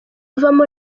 uvamo